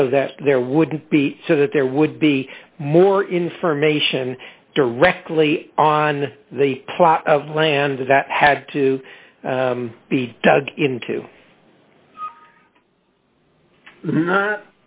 so that there would be so that there would be more information directly on the plot of land that had to be dug into